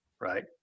right